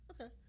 okay